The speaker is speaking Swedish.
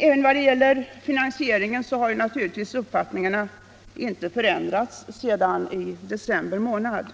Även i vad gäller finansieringen är uppfattningarna naturligtvis oförändrade sedan december månad.